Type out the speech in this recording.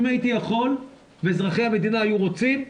אם הייתי יכול ואזרחי המדינה היו רוצים,